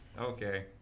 okay